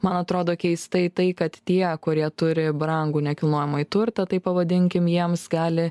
man atrodo keistai tai kad tie kurie turi brangų nekilnojamąjį turtą taip pavadinkim jiems gali